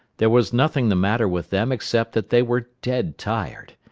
there was nothing the matter with them except that they were dead tired.